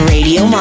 Radio